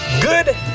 Good